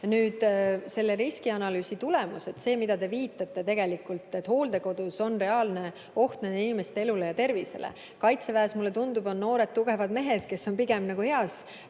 Selle riskianalüüsi tulemus on see, millele te viitasite, et hooldekodus on reaalne oht nende inimeste elule ja tervisele. Kaitseväes, mulle tundub, on noored tugevad mehed, kes on pigem nagu hea